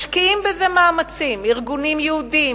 משקיעים בזה מאמצים ארגונים יהודיים,